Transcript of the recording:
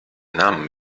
namen